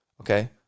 Okay